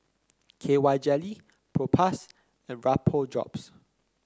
K Y Jelly Propass and Vapodrops